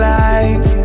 life